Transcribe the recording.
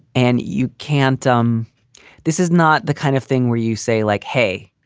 and you can't um this is not the kind of thing where you say like, hey,